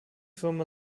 firma